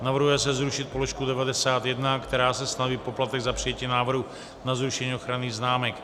Navrhuje se zrušit položku 91, která stanoví poplatek za přijetí návrhu na zrušení ochranných známek.